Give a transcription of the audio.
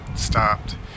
stopped